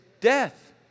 death